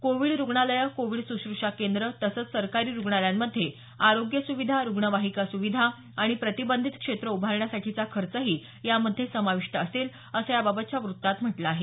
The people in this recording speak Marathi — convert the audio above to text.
कोविड रुग्णालयं कोविड सुश्रुषा केंद्र तसंच सरकारी रुग्णालयांमध्ये आरोग्य सुविधा रुग्णवाहिका सुविधा आणि प्रतिबंधित क्षेत्र उभारण्यासाठीचा खर्चही यामध्ये समाविष्ट असेल असं याबाबतच्या वृत्तात म्हटलं आहे